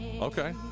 Okay